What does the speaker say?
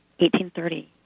1830